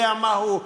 יודע מהו,